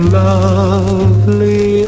lovely